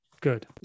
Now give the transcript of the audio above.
Good